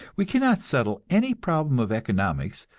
we cannot settle any problem of economics,